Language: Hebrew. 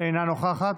אינה נוכחת.